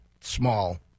small